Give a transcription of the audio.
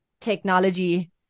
technology